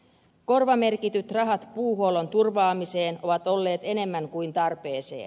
korvamerkityt rahat puuhuollon turvaamiseen ovat olleet enemmän kuin tarpeeseen